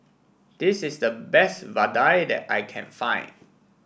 this is the best Vadai that I can find